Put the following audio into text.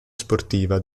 sportiva